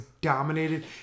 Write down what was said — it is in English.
dominated